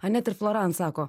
anet ir floran sako